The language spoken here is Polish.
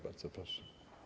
Bardzo proszę.